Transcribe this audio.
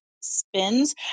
spins